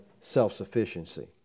self-sufficiency